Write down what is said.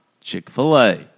Chick-fil-A